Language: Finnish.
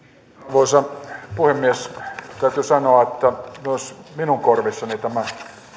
arvoisa puhemies täytyy sanoa että myös minun korvissani tämä